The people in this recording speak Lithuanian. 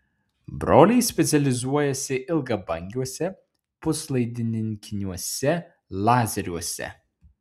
broliai specializuojasi ilgabangiuose puslaidininkiniuose lazeriuose